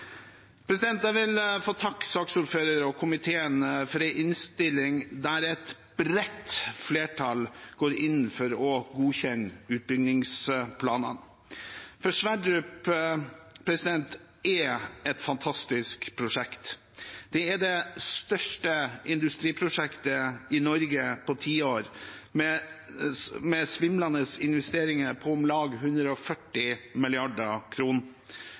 Jeg vil takke saksordføreren og komiteen for en innstilling der et bredt flertall går inn for å godkjenne utbyggingsplanene, for Sverdrup er et fantastisk prosjekt. Det er det største industriprosjektet i Norge på tiår, med svimlende investeringer på om lag 140